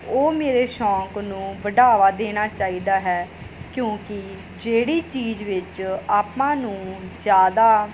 ਉਹ ਮੇਰੇ ਸ਼ੌਂਕ ਨੂੰ ਵਢਾਵਾ ਦੇਣਾ ਚਾਹੀਦਾ ਹੈ ਕਿਉਂਕਿ ਜਿਹੜੀ ਚੀਜ਼ ਵਿੱਚ ਆਪਾਂ ਨੂੰ ਜ਼ਿਆਦਾ